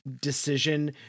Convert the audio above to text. decision